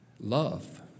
love